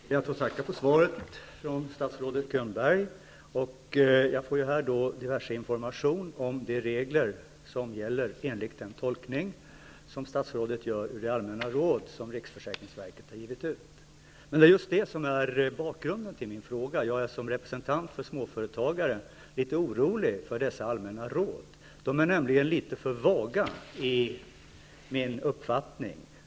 Fru talman! Jag ber att få tacka för svaret från statsrådet Könberg. Jag får i svaret diverse informationer om de regler som gäller, enligt den tolkning som statsrådet gör av de allmänna råd som riksförsäkringsverket har givit ut. Det är just det som är bakgrunden till min fråga. Som representant för småföretagare är jag orolig för dessa allmänna råd. De är nämligen litet för vaga, enligt min uppfattning.